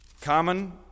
common